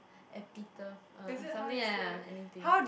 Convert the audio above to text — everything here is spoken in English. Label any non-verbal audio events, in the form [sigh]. [breath] epitom~ ah something like that ah anything